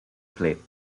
plate